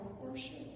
worship